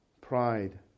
pride